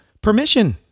permission